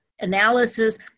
analysis